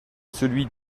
celui